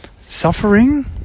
suffering